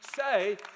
Say